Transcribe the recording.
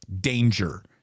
danger